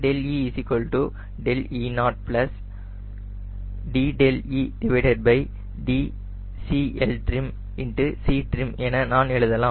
δe δe0 dedCLtrimCtrim என நான் எழுதலாம்